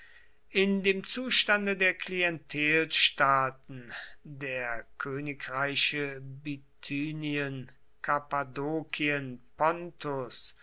in dem zustande der klientelstaaten der königreiche bithynien